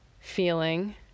feeling